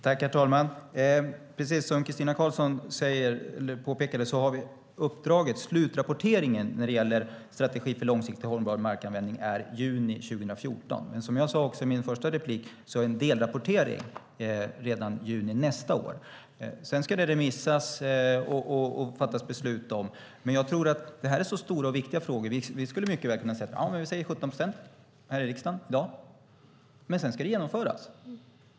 Herr talman! Precis som Christina Karlsson påpekade kommer slutrapportering när det gäller en strategi för långsiktig och hållbar markanvändning i juni 2014. Men jag sade också i min första replik att det kommer en delrapportering redan i juni nästa år. Sedan ska det remissbehandlas och fattas beslut. Det här är stora och viktiga frågor. Vi skulle mycket väl kunna säga 17 procent här i riksdagen i dag, men sedan ska det genomföras.